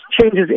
changes